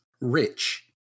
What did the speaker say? rich